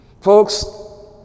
Folks